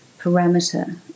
parameter